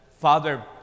Father